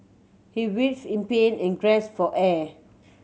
he writhed in pain and gasped for air